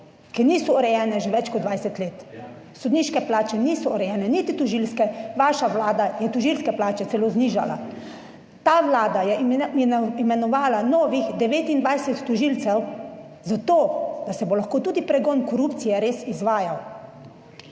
ki niso urejene že več kot 20 let. Sodniške plače niso urejene, niti tožilske, vaša vlada je tožilske plače celo znižala. Ta Vlada je imenovala novih 29 tožilcev za to, da se bo lahko tudi pregon korupcije res izvajal.